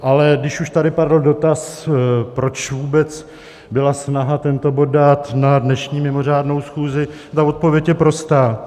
Ale když už tady padl dotaz, proč vůbec byla snaha tento bod dát na dnešní mimořádnou schůzi, tak odpověď je prostá.